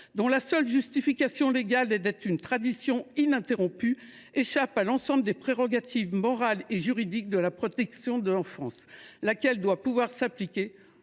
dont la seule justification légale est d’être une tradition ininterrompue, échappe à l’ensemble des prescriptions morales et juridiques de la protection de l’enfance : celle ci doit pouvoir s’appliquer